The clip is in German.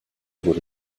wurde